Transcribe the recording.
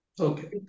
Okay